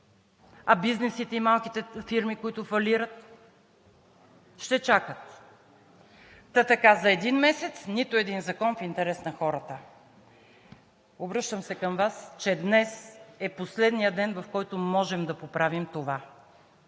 А бизнесите и малките фирми, които фалират? Ще чакат! Та така за един месец нито един закон в интерес на хората. Обръщам се към Вас, че днес е последният ден, в който можем да поправим това,